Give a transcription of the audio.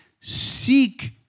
seek